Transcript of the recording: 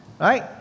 right